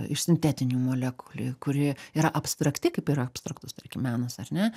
iš sintetinių molekulių kuri yra abstrakti kaip yra abstraktus tarkim menas ar ne